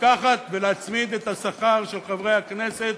לקחת ולהצמיד את השכר של חברי הכנסת